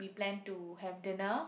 we plan to have dinner